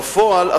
בפועל,